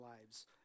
lives